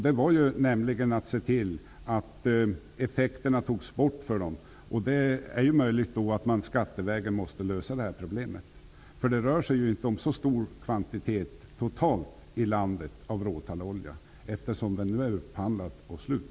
Det gällde nämligen att se till att de negativa effekterna togs bort. Det är möjligt att man måste lösa det här problemet skattevägen. Det rör sig inte om så stor kvantitet råtallolja totalt i landet eftersom den nu är upphandlad och slut.